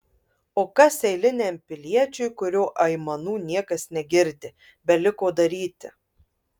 o kas eiliniam piliečiui kurio aimanų niekas negirdi beliko daryti